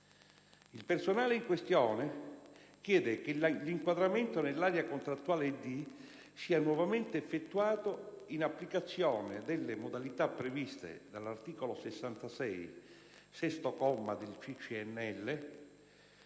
Il personale in questione chiede che l'inquadramento nell'area contrattuale "D" sia nuovamente effettuato in applicazione delle modalità previste dall'articolo 66, comma 6, del CCNL